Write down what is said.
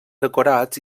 decorats